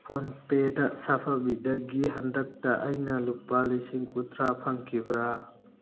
phone ꯄꯦꯗ ꯁꯥꯐꯕꯤꯗꯒꯤ ꯈꯟꯗꯛꯇ ꯑꯩꯅ ꯂꯨꯄꯥ ꯂꯤꯁꯤꯡ ꯀꯨꯟꯊ꯭ꯔꯥ ꯐꯪꯈꯤꯕ꯭ꯔꯥ